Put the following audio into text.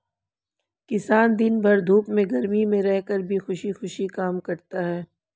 किसान दिन भर धूप में गर्मी में रहकर भी खुशी खुशी काम करता है